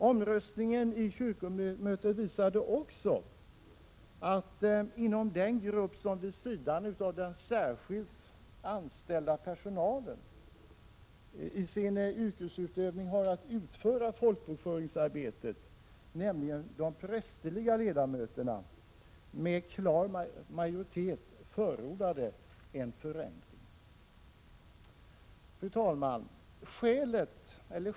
Omröstningen vid kyrkomötet visade också att den grupp som vid sidan av den särskilt anställda personalen i sin yrkesutövning har att utföra folkbokföringsarbetet, nämligen de prästerliga ledamöterna, med klar majoritet förordade en förändring. Fru talman!